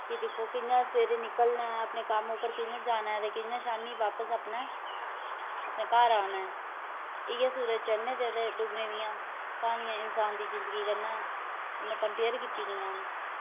कि दिक्खो कियां सवेरे निकलना ऐ अपने कम्म पर कि'यां जाना ते कियां शामी बापस अपने अपने घर आना ऐ इ'यै सूरज चढ़ने दे ते डुब्बने दियां क्हानियां इंसान दी जिंदगी कन्नै उ'न्नै कंपेयर कीती दियां न